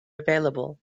available